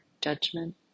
judgment